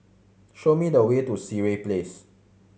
show me the way to Sireh Place